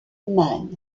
man